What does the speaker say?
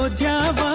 ah job.